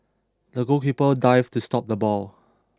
the goalkeeper dived to stop the ball